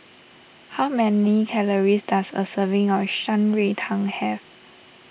how many calories does a serving of Shan Rui Tang have